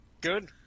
good